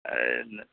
اے نہ